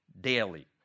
daily